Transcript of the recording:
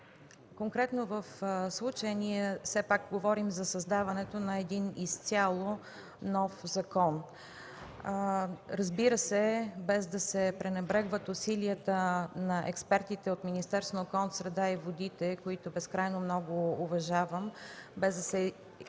Конкретно в случая ние все пак говорим за създаването на един изцяло нов закон, разбира се, без да се пренебрегват усилията на експертите от Министерството на околната среда и водите, които безкрайно много уважавам, без да се